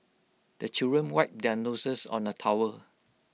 the children wipe their noses on the towel